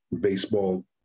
baseball